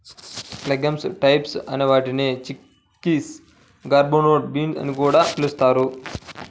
legumes types అనే వాటిని chickpeas, garbanzo beans అని కూడా పిలుస్తారు